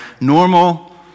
normal